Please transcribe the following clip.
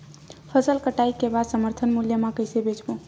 फसल कटाई के बाद समर्थन मूल्य मा कइसे बेचबो?